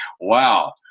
wow